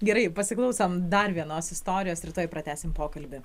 gerai pasiklausom dar vienos istorijos ir tuoj pratęsim pokalbį